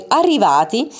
arrivati